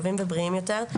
טובים ובריאים יותר".